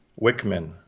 Wickman